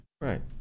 Right